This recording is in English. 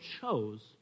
chose